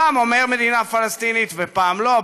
פעם אומר מדינה פלסטינית ופעם לא,